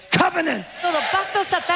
covenants